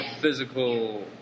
physical